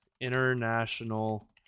International